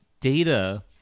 data